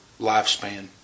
lifespan